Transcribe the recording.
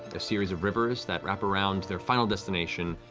a series of rivers that wrap around their final destination,